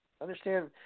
understand